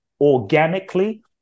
organically